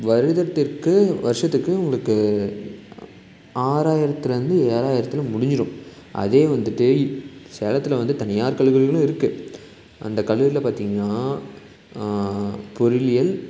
வருடத்திற்கு வருஷத்துக்கு உங்களுக்கு ஆறாயிரத்துலேருந்து ஏழாயிரத்துல முடிஞ்சிடும் அதே வந்துட்டு சேலத்தில் வந்து தனியார் கல்லூரிகளும் இருக்குது அந்த கல்லூரியில பார்த்தீங்கன்னா பொருளியல்